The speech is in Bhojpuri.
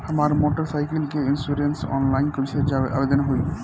हमार मोटर साइकिल के इन्शुरन्सऑनलाइन कईसे आवेदन होई?